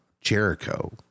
Jericho